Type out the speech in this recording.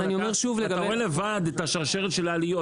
אתה רואה לבד את השרשרת של העליות.